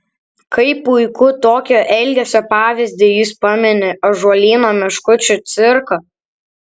kaip puikų tokio elgesio pavyzdį jis pamini ąžuolyno meškučių cirką